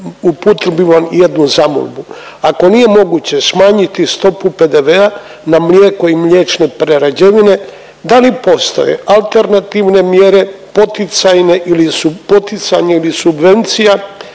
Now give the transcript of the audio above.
uputio bih vam jednu zamolbu. Ako nije moguće smanjiti stopu PDV-a na mlijeko i mliječne prerađevine, da li postoje alternativne mjere, poticajne ili su